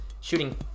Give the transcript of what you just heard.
shooting